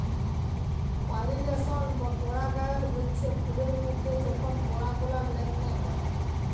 পালিলেশল বা পরাগায়ল হচ্যে ফুলের মধ্যে যখল পরাগলার লেলদেল হয়